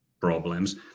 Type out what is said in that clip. problems